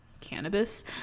cannabis